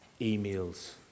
emails